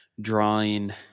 drawing